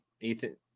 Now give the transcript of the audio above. Ethan